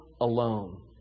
alone